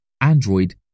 Android